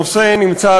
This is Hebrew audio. הנושא נמצא,